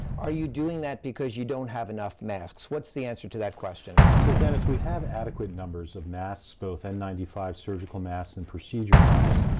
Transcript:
are you doing that because you don't have enough masks? what's the answer to that question? so dennis, we have adequate numbers of masks, both n nine five surgical masks and procedure masks.